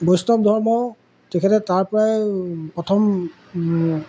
বৈষ্ণৱ ধৰ্ম তেখেতে তাৰ পৰাই প্ৰথম